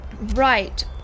Right